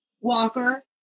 Walker